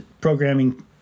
programming